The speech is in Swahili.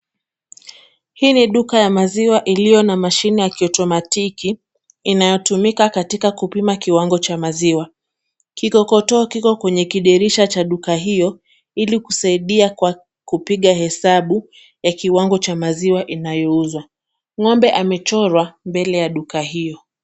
Hii ni duka ya maziwa iliyo na mashini ya kiotomatiki inayotumika katika kupima kiwango cha maziwa. Kikokotoo kiko kwenye kidirisha cha duka hiyo ili kusaidia kupiga kwa hesabu ya kiwango cha maziwa inayouzwa. Ng'ombe amechorwa mbele ya duka hiyo.